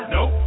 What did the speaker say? Nope